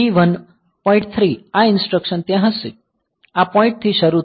આ ઇન્સ્ટ્રક્સન ત્યાં હશે આ પોઈન્ટ થી શરૂ થશે